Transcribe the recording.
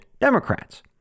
Democrats